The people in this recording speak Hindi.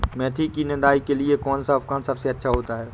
मेथी की निदाई के लिए कौन सा उपकरण सबसे अच्छा होता है?